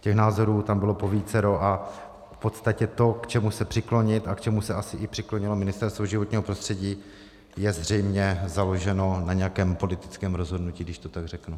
Těch názorů tam bylo povícero a v podstatě to, k čemu se přiklonit a k čemu se asi i přiklonilo Ministerstvo životního prostředí, je zřejmě založeno na nějakém politickém rozhodnutí, když to tak řeknu.